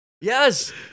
Yes